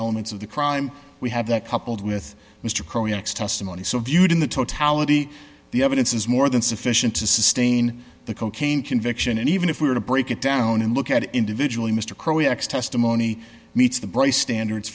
elements of the crime we have that coupled with mr co ax testimony so viewed in the totality the evidence is more than sufficient to sustain the cocaine conviction and even if we were to break it down and look at it individually mr crawley acts testimony meets the brace standards